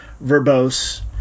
verbose